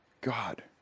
God